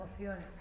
emociones